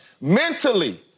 mentally